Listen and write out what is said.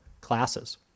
classes